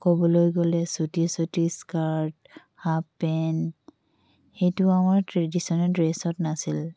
ক'বলৈ গ'লে চুটি চুটি স্কাৰ্ট হাফ পেণ্ট সেইটো আমাৰ ট্ৰেডিশ্যনেল ড্ৰেছত নাছিল